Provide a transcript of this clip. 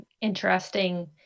interesting